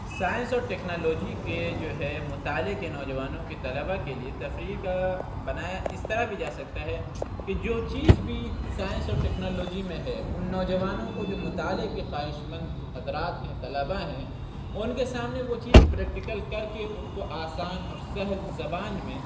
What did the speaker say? science اور technology کے جو ہے مطالعہ کے نوجوانوں کے طلباء کے لیے تفریح کا بنایا اِس طرح بھی جا سکتا ہے کہ جو چیز بھی سائنس اور ٹیکنالوجی میں ہے اُن نوجوانوں کو جو مطالعہ کے خواہش مند حضرات ہیں طلباء ہیں اُن کے سامنے وہ چیز پریکٹیکل کر کے اُن کو آسان اور سہل زبان میں